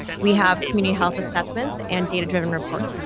we have many health assessments and data driven reports.